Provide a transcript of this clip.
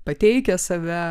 pateikia save